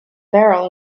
barrel